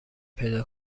پیدا